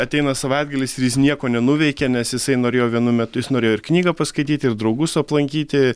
ateina savaitgalis ir jis nieko nenuveikė nes jisai norėjo vienu metu jis norėjo ir knygą paskaityti ir draugus aplankyti